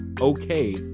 okay